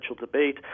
debate